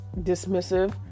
dismissive